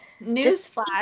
Newsflash